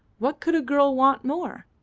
what could a girl want more?